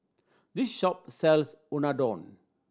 this shop sells Unadon